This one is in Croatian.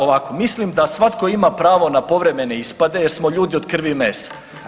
Ovako, mislim da svatko ima pravo na povremene ispade jer smo ljudi od krvi i mesa.